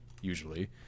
usually